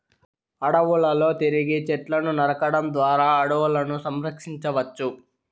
అడవులలో తిరిగి చెట్లను నాటడం ద్వారా అడవులను సంరక్షించవచ్చు